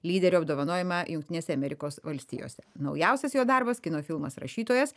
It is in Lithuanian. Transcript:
lyderio apdovanojimą jungtinėse amerikos valstijose naujausias jo darbas kino filmas rašytojas